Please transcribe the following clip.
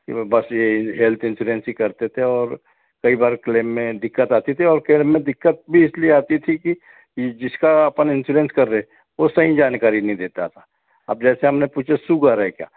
केवल ये बस हेल्थ इन्श्योरेन्स ही करते थे और कई बार क्लेम में दिक्कत आती थी और क्लेम में दिक्कत भी इसलिए आती थी कि जिसका अपन इन्श्योरेन्स कर रहे वो सही जानकारी नहीं देता था अब जैसे हमने पूछा सुगर है क्या